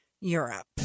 Europe